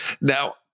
now